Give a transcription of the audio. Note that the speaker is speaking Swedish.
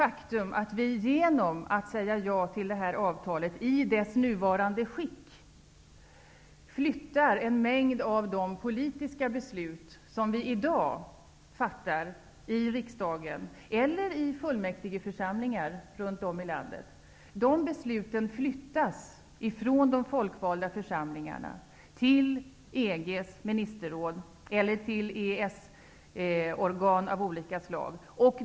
Att säga ja till avtalet i dess nuvarande skick, innebär att en mängd av de politiska beslut som i dag fattas i riksdagen, eller i fullmäktigeförsamlingar runt om i landet, flyttas från de folkvalda församlingarna till EG:s Ministerråd eller till EES-organ av olika slag.